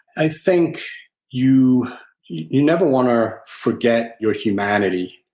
i think you you never want to forget your humanity,